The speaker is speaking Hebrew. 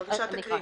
בבקשה תקריאי.